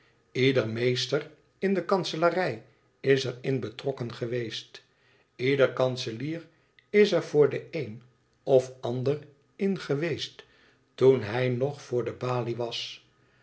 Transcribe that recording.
ieder meester in de kanselarij is er in betrokken geweest ieder kanselier is er voor den een of ander in geweest toen hij nog voor de balie was